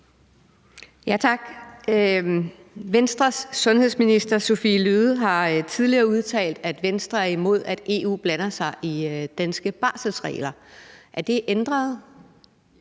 Tak. Venstres sundhedsminister har tidligere udtalt, at Venstre er imod, at EU blander sig i danske barselsregler. Er det ændret?